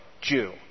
Jew